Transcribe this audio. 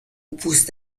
پوست